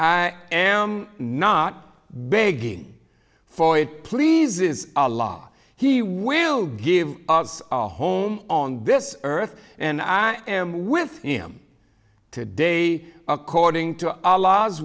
i am not begging for it pleases a law he will give us a home on this earth and i am with him to day according to our l